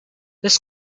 this